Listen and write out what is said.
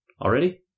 already